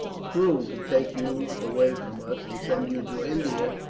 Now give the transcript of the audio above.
cruel to take you away from us, and send you to india,